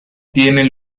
tienen